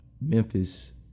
Memphis